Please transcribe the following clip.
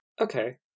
Okay